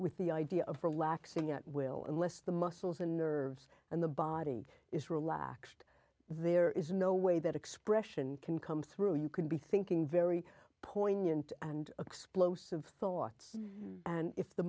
with the idea of relaxing at will unless the muscles and nerves and the body is relaxed there is no way that expression can come through you can be thinking very poignant and explosive thoughts and if the